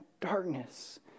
darkness